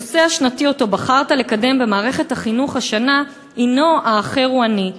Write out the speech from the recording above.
הנושא השנתי שבחרת לקדם במערכת החינוך השנה הנו 'האחר הוא אני'.